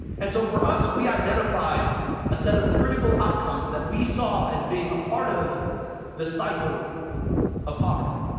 and so, for us, we identified a set of critical outcomes that we saw as being a part of the cycle of poverty.